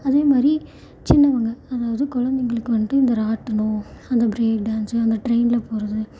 அதேமாதிரி சின்னவங்க அதாவது குழந்தைகளுக்கு வந்துட்டு இந்த ராட்டினம் அந்த பிரேக் டான்ஸ்ஸு அந்த ட்ரெயினில் போகறது